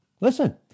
listen